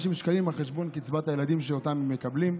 שקלים על חשבון קצבת הילדים שאותם הם מקבלים.